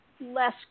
less